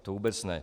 To vůbec ne.